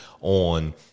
on